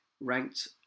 ranked